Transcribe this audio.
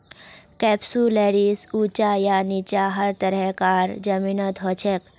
कैप्सुलैरिस ऊंचा या नीचा हर तरह कार जमीनत हछेक